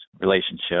relationship